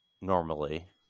normally